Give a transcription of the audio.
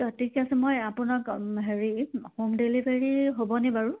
ত' ঠিকে আছে মই আপোনাক হেৰি হোম ডেলিভাৰী হ'বনি বাৰু